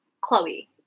Chloe